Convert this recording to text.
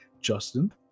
justin